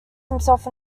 himself